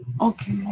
Okay